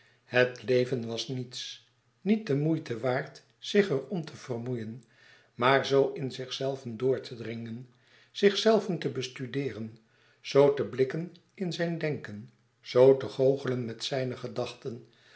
het leven was niets niet de moeite waard zich er om te vermoeien maar zoo in zichzelven door te dringen zichzelven te bestudeeren zoo te blikken in zijn denken zoo te goochelen met zijne gedachten